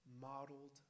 modeled